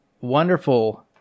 wonderful